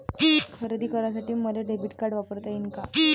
खरेदी करासाठी मले डेबिट कार्ड वापरता येईन का?